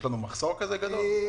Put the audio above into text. יש לנו מחסור כזה גדול?